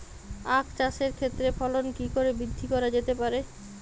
আক চাষের ক্ষেত্রে ফলন কি করে বৃদ্ধি করা যেতে পারে?